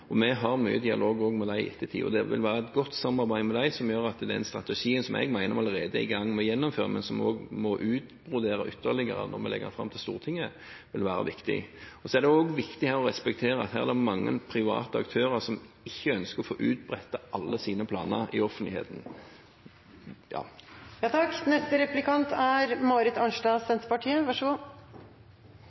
Vi har mye dialog også med dem i ettertid, og det vil være et godt samarbeid med dem som gjør at den strategien som jeg mener vi allerede er i gang med å gjennomføre, men som også må utbroderes ytterligere når vi legger den fram for Stortinget, vil være viktig. Så er det også viktig å respektere at her er det mange private aktører som ikke ønsker å få utbrettet alle sine planer i offentligheten.